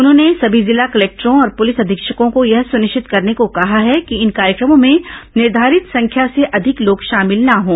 उन्होंने समी जिला कलेक्टरों और पुलिस अधीक्षकों को यह सुनिश्चित करने को कहा है कि इन कार्यक्रमों में निर्घारित संख्या से अधिक लोग शामिल न हों